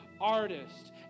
artist